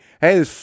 hey